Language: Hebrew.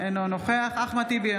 אינו נוכח אחמד טיבי,